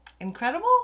Incredible